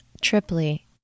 triply